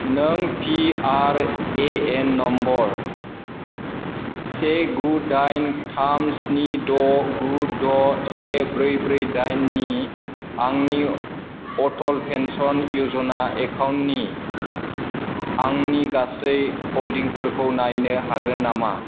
नों P R A N number से गु दाइन थाम स्नि द' गु द' से ब्रै ब्रै दाइननि आंनि अटल पेन्सन य'जना एकाउन्टनि आंनि गासै हल्डिंफोरखौ नायनो हागोन नामा